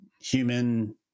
human